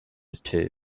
too